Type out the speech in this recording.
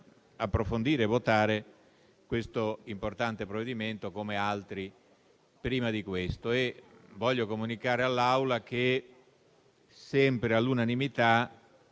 approfondire e votare questo importante provvedimento, come altri prima. Voglio comunicare all'Assemblea che, sempre all'unanimità,